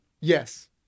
Yes